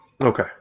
Okay